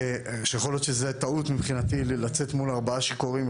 יכול להיות שזאת טעות מבחינתי לצאת מול ארבעה שיכורים.